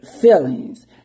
feelings